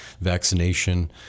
vaccination